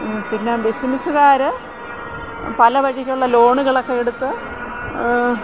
പിന്നെ ബിസിനസുകാർ പല വഴികളിൽ ലോണൊക്കെ എടുത്ത്